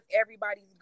everybody's